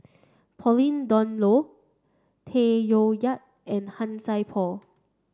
Pauline Dawn Loh Tay Koh Yat and Han Sai Por